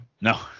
No